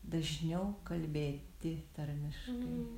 dažniau kalbėti tarmiškai